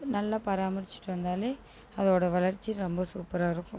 நல்லா பராமரிச்சுட்டு வந்தாலே அதோடய வளர்ச்சி ரொம்ப சூப்பராக இருக்கும்